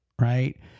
right